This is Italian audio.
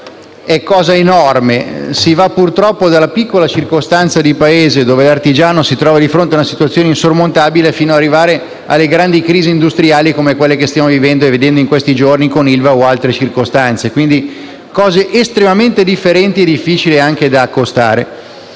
è enorme: si va, purtroppo, dalla piccola circostanza di paese, dove l'artigiano si trova di fronte a una situazione insormontabile, fino ad arrivare alle grandi crisi industriali, come quelle che stiamo vivendo e vedendo in questi giorni con l'ILVA o altrove. Si tratta di realtà estremamente differenti ed è anche difficile accostarle.